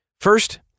First